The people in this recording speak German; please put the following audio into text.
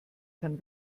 kann